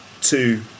two